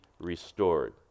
restored